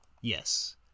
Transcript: Yes